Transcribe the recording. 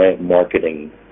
marketing